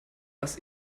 was